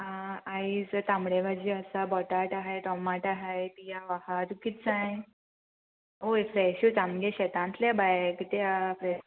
आं आयज तांबडे भाजी आसा बोटाट आहाय टोमाट आहाय पियांव आहा तुका कितें जाय होय फ्रेशूच आमगे शेतांतले बाये कित्या फ्रेश नाय